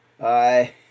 I